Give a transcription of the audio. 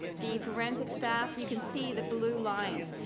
the forensic staff, you can see the blue line.